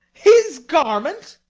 his garment!